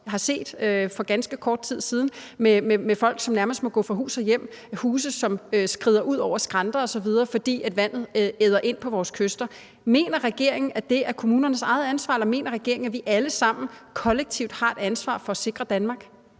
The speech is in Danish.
har set for ganske kort tid siden, hvor folk nærmest må gå fra hus og hjem og der er huse, som skrider ud over skrænter osv., fordi vandet æder ind på vores kyster? Mener regeringen, at det er kommunernes eget ansvar, eller mener regeringen, at vi alle sammen kollektivt har et ansvar for at sikre Danmark?